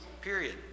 period